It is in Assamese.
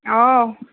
অঁ